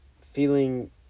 feeling